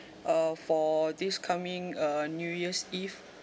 uh for this coming uh new year's eve